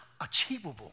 achievable